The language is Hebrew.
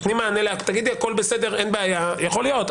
תני מענה, תגידי הכול בסדר, אין בעיה, יכול להיות.